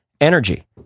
energy